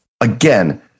again